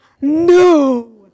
No